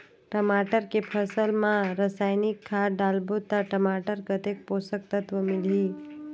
टमाटर के फसल मा रसायनिक खाद डालबो ता टमाटर कतेक पोषक तत्व मिलही?